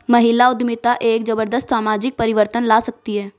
महिला उद्यमिता एक जबरदस्त सामाजिक परिवर्तन ला सकती है